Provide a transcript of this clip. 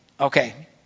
okay